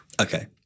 Okay